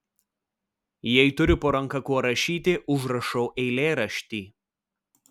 jei turiu po ranka kuo rašyti užrašau eilėraštį